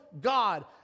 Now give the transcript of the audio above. God